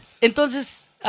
entonces